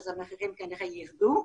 אז המחירים כנראה יירדו.